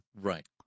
Right